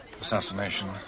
Assassination